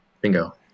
bingo